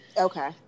okay